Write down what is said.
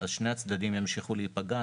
אז שני הצדדים ימשיכו להיפגע.